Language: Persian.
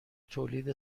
تولید